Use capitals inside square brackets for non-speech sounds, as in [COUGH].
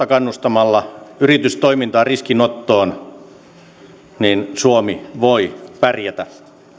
[UNINTELLIGIBLE] kannustamalla yritystoimintaan ja riskinottoon suomi voi pärjätä